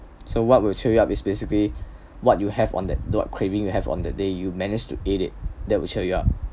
so what will cheer you up is basically what you have on that what craving you have on that day you manage to eat it that will cheer you up